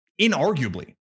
inarguably